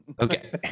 Okay